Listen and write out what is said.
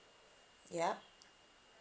ya